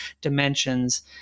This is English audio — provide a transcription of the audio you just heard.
dimensions